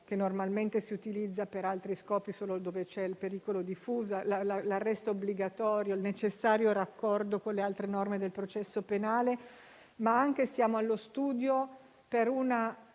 che normalmente si utilizza per altri scopi, solo dove c'è il pericolo di fuga, l'arresto obbligatorio e il necessario raccordo con le altre norme del processo penale; ma stiamo anche studiando una